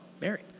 Mary